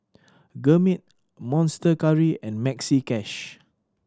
Gourmet Monster Curry and Maxi Cash